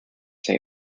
say